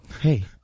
hey